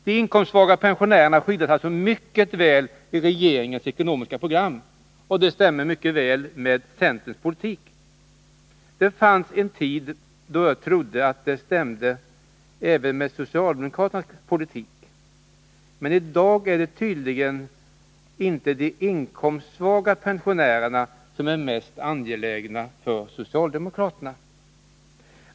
De inkomstsvaga pensionärerna skyddas alltså mycket väl i regeringens ekonomiska program. Detta stämmer mycket väl med centerns politik. Det fanns en tid då jag trodde att det även stämde med socialdemokraternas politik, men i dag är det tydligen inte de inkomstsvaga pensionärerna som är mest angelägna för socialdemokraterna.